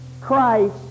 Christ